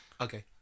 Okay